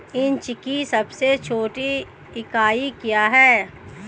Inch की सबसे छोटी इकाई क्या है?